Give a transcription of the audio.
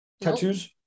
tattoos